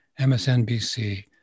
MSNBC